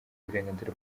uburenganzira